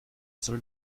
soll